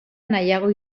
nahiago